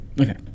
Okay